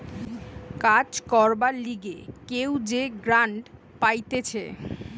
কাজ করবার লিগে কেউ যে গ্রান্ট পাইতেছে